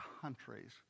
countries